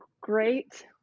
great